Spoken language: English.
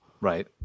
Right